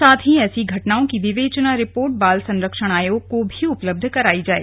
साथ ही ऐसी घटनाओं की विवेचना रिपोर्ट बाल संरक्षण आयोग को भी उपलब्ध करायी जाये